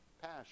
passion